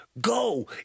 Go